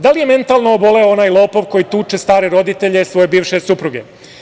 Da li je mentalno oboleo onaj lopov koji tuče stare roditelje svoje bivše supruge?